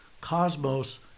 Cosmos